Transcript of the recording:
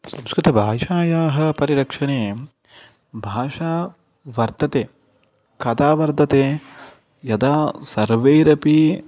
संस्कृतभाषायाः परिरक्षणे भाषा वर्तते कदा वर्धते यदा सर्वैरपि